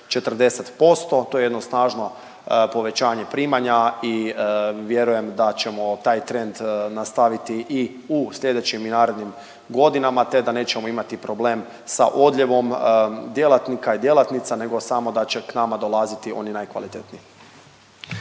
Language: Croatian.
40%. To je jedno snažno povećanje primanja i vjerujem da ćemo taj trend nastaviti i u slijedećim i narednim godinama te da nećemo imati problem sa odljevom djelatnika i djelatnica nego samo da će k nama dolaziti oni najkvalitetniji.